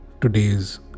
today's